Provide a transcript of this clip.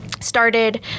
started